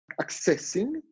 accessing